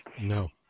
No